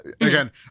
Again